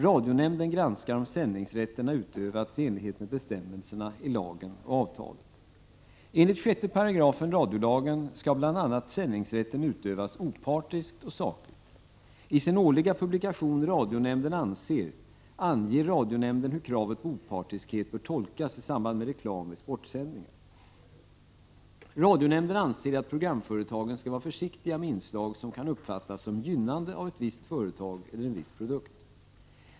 Radionämnden granskar om sändningsrätten har utövats i enlighet med bestämmelserna i lagen och avtalet. Enligt 6 § radiolagen skall bl.a. sändningsrätten utövas opartiskt och sakligt. I sin årliga publikation Radionämnden anser anger radionämnden hur kravet på opartiskhet bör tolkas i samband med reklam vid sportsändningar. Radionämnden anser att programföretagen skall vara försiktiga med inslag som kan uppfattas som gynnande av ett visst företag eller en viss produkt.